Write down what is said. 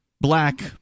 black